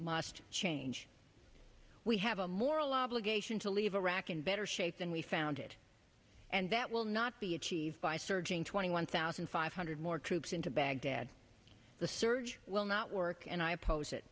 lost change we have a moral obligation to leave iraq in better shape than we found it and that will not be achieved by surging twenty one thousand five hundred more troops into baghdad the surge will not work and i